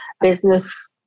business